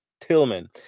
tillman